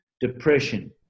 Depression